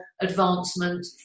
advancement